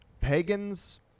pagans